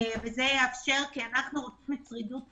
אנו רוצים את שרידות העסקים,